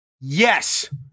Yes